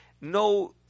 No